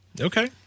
Okay